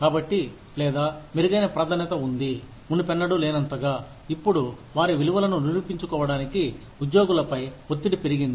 కాబట్టి లేదా మెరుగైన ప్రాధాన్యత ఉంది మునుపెన్నడూ లేనంతగా ఇప్పుడు వారి విలువలను నిరూపించుకోవడానికి ఉద్యోగుల పై ఒత్తిడి పెరిగింది